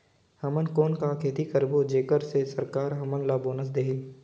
हमन कौन का खेती करबो जेकर से सरकार हमन ला बोनस देही?